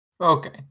Okay